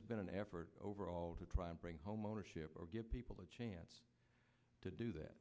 has been an effort overall to try and bring home ownership or give people a chance to do that